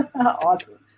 Awesome